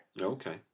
Okay